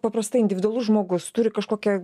paprastai individualus žmogus turi kažkokią